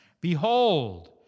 Behold